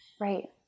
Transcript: right